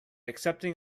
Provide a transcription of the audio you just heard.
accepting